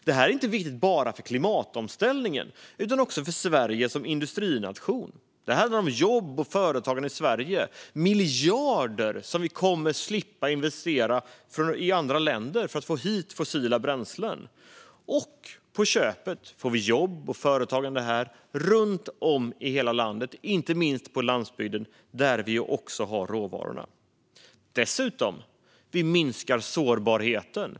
Det är viktigt inte bara för klimatomställningen utan också för Sverige som industrination. Det handlar om jobb och företagande i Sverige och om miljarder som vi kommer att slippa investera i andra länder för att få hit fossila bränslen. På köpet får vi jobb och företagande runt om i hela landet, inte minst på landsbygden, där vi också har råvarorna. Dessutom minskar vi sårbarheten.